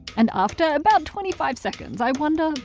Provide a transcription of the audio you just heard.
and after about twenty five seconds i wonder.